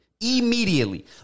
Immediately